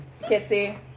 Kitsy